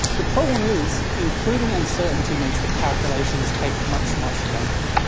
the problem is, including uncertainty makes the calculations take much, much longer,